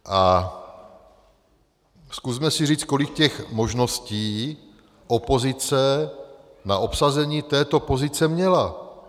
A zkusme si říct, kolik těch možností opozice na obsazení této pozice měla.